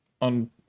on